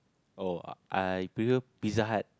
oh I prefer Pizza-Hut